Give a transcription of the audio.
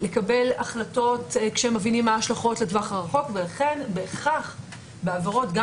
לקבל החלטות כשהם מה ההשלכות לטווח הרחוק ולכן בהכרח בעבירות גם